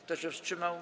Kto się wstrzymał?